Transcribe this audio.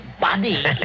body